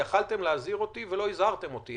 יכולתם להזהיר אותי ולא הזהרתם אותי.